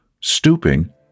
Stooping